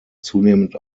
zunehmend